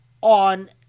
on